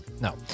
no